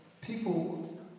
people